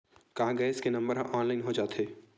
का गैस के नंबर ह ऑनलाइन हो जाथे?